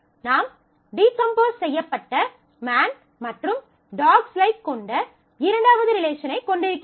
நாம் டீகம்போஸ் செய்யப் பட்ட மேன் மற்றும் டாஃக்ஸ் லைக்ஸ் dogs likes கொண்ட இரண்டாவது ரிலேஷனைக் கொண்டிருக்கிறோம்